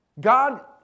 God